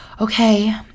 okay